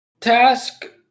task